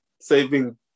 saving